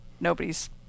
nobody's